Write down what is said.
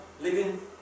living